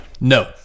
No